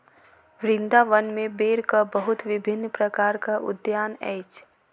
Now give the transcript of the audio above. वृन्दावन में बेरक बहुत विभिन्न प्रकारक उद्यान अछि